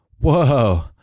whoa